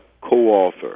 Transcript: co-author